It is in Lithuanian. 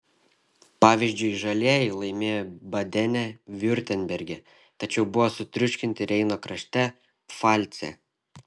pavyzdžiui žalieji laimėjo badene viurtemberge tačiau buvo sutriuškinti reino krašte pfalce